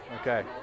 Okay